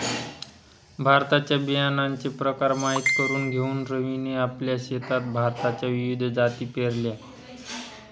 भाताच्या बियाण्याचे प्रकार माहित करून घेऊन रवीने आपल्या शेतात भाताच्या विविध जाती पेरल्या